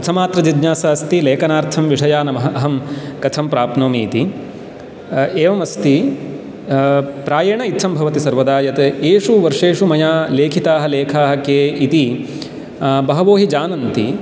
प्रथमात्र जिज्ञासा अस्ति लेखनार्थं विषयान् अहं कथं प्राप्नोमि इति एवम् अस्ति प्रायेण इत्थं भवति सर्वदा यत् येषु वर्षेषु मया लेखिताः लेखाः के इति बहवो हि जानन्ति